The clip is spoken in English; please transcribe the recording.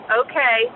okay